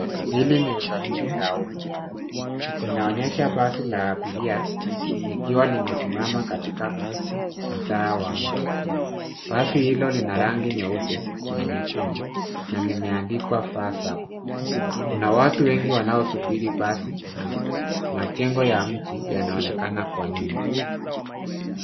Hili ni usafiri la umma. Inaonyesha basi la abiria likiwa limesimama katika mtaa wa mji. Basi hilo lina rangi nyeupe na nyekundu na limeandikwa Va Sacco. Kuna watu wengi wanaosubiri basi. Majengo ya mji yanaonekana kwa nyuma.